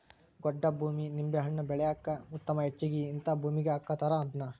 ಗೊಡ್ಡ ಭೂಮಿ ನಿಂಬೆಹಣ್ಣ ಬೆಳ್ಯಾಕ ಉತ್ತಮ ಹೆಚ್ಚಾಗಿ ಹಿಂತಾ ಭೂಮಿಗೆ ಹಾಕತಾರ ಇದ್ನಾ